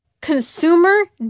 Consumer